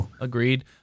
Agreed